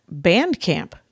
Bandcamp